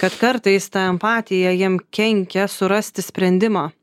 kad kartais ta empatija jam kenkia surasti sprendimą